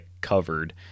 covered